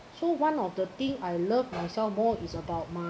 so one of the thing I love myself more is about my